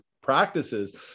practices